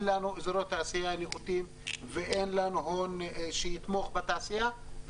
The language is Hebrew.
לנו אזורי תעשייה נאותים ואין לנו הון שיתמוך בתעשייה.